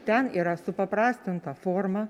ten yra supaprastinta forma